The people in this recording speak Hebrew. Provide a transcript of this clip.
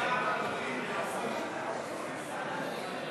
להסיר מסדר-היום את הצעת חוק חינוך ממלכתי (תיקון,